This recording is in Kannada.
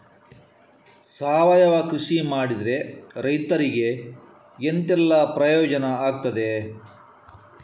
ಸಾವಯವ ಕೃಷಿ ಮಾಡಿದ್ರೆ ರೈತರಿಗೆ ಎಂತೆಲ್ಲ ಪ್ರಯೋಜನ ಆಗ್ತದೆ?